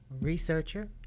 researcher